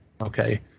okay